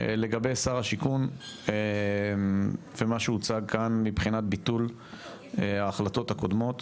לגבי שר השיכון ומה שהוצג כאן מבחינת ביטול ההחלטות הקודמות